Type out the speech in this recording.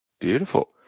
beautiful